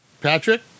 patrick